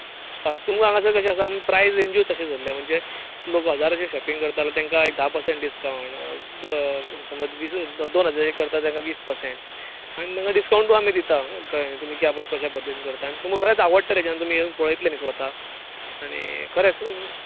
हय तुमी हांगासर कशे आसा आमी प्रायस रेंजूच तशी दवरल्या म्हणजे लोक हजाराचें शॉपिंग करता तांकां धा पर्संट डिस्काउंट समज दोन हजारांचें करता तांकां वीस पर्सेंट आनी तांकां डिस्काउंटूय आमी दिता तुमी कश्या पद्दतीन करता आनी तुमकां खरेंच आवडटलें जेन्ना तुमी येवन पळयतले ते स्वता आनी खरेंच